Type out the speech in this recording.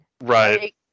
Right